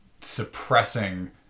suppressing